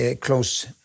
close